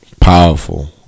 powerful